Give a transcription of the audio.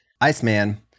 Iceman